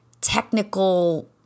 technical